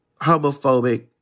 homophobic